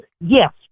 Yes